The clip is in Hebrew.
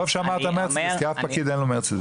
טוב שאמרת מרצדס, כי אף פקיד אין לו מרצדס.